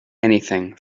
anything